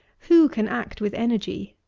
who can act with energy,